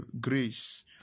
grace